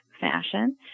fashion